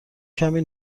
کمی